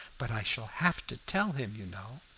but i shall have to tell him, you know,